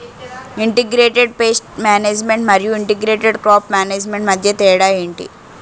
integrated pest management మరియు integrated crop management మధ్య తేడా ఏంటి